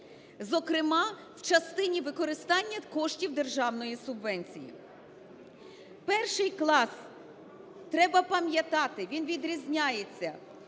зокрема в частині використання коштів державної субвенції. Перший клас, треба пам'ятати, він відрізняється.